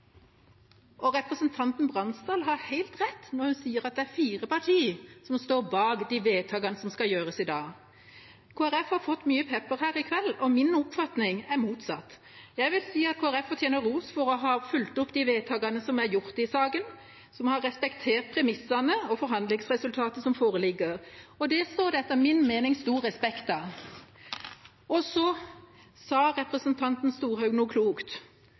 Folkeparti. Representanten Bransdal har helt rett når hun sier at det er fire partier som står bak de vedtakene som skal gjøres i dag. Kristelig Folkeparti har fått mye pepper her i kveld – min oppfatning er motsatt. Jeg vil si at Kristelig Folkeparti fortjener ros for å ha fulgt opp de vedtakene som er gjort i saken, som har respektert premissene og forhandlingsresultatet som foreligger. Det står det etter min mening stor respekt av. Så sa representanten Storehaug noe klokt.